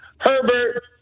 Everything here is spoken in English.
Herbert